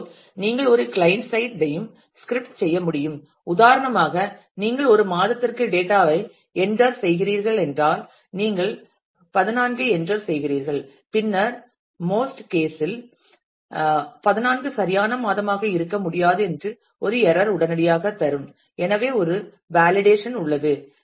இதேபோல் நீங்கள் ஒரு கிளையன்ட் சைட் யும் ஸ்கிரிப்ட் செய்ய முடியும் உதாரணமாக நீங்கள் ஒரு மாதத்திற்கு டேட்டா ஐ என்றர் செய்கிறீர்கள் என்றால் நீங்கள் 14 ஐ என்றர் செய்கிறீர்கள் பின்னர் மோஸ்ட் கேஸ்அஸ் இல் 14 சரியான மாதமாக இருக்க முடியாது என்று ஒரு எரர் உடனடியாக தரும் எனவே ஒரு வலிடேஷன் உள்ளது